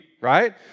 right